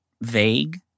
vague